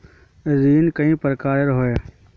ऋण कई प्रकार होए है?